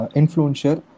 influencer